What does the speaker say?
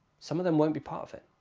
some of them won't be part of it.